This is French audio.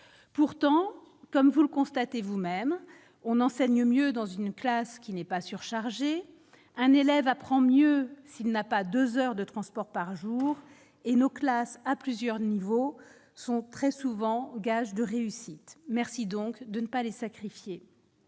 Pourtant, comme vous le constatez vous-même, on enseigne mieux dans une classe qui n'est pas surchargé, un élève apprend mieux s'il n'a pas 2 heures de transport par jour et nos classes à plusieurs niveaux sont très souvent gage de réussite, merci donc de ne pas les sacrifiés